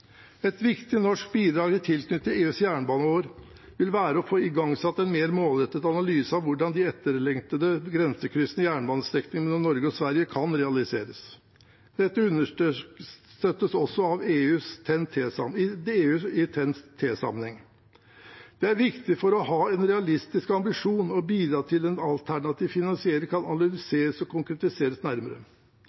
Et viktig norsk bidrag i tilknytning til EUs jernbaneår vil være å få igangsatt en mer målrettet analyse av hvordan de etterlengtede grensekryssende jernbanestrekningene mellom Norge og Sverige kan realiseres. Dette understøttes også av EU i TEN-T-sammenheng. Det er viktig for å ha en realistisk ambisjon og for å bidra til at en alternativ finansiering kan analyseres og konkretiseres nærmere.